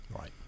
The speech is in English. Right